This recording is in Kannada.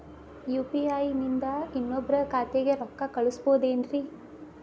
ಯು.ಪಿ.ಐ ನಿಂದ ಇನ್ನೊಬ್ರ ಖಾತೆಗೆ ರೊಕ್ಕ ಕಳ್ಸಬಹುದೇನ್ರಿ?